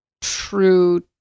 true